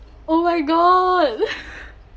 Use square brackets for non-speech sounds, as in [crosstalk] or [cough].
oh my god [laughs]